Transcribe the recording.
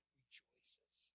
rejoices